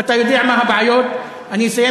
ואתה יודע מה הבעיות אני אסיים,